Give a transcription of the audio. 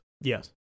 Yes